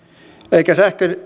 eikä